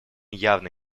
явно